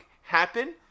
happen